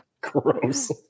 Gross